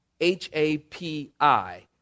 H-A-P-I